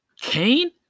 Cain